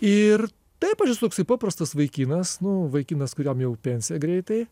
ir taip aš esu toksai paprastas vaikinas nuo vaikinas kuriam jau pensija greitai